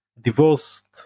Divorced